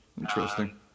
interesting